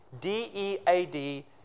D-E-A-D